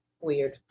Weird